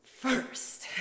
first